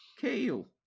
Kale